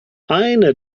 eine